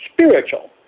spiritual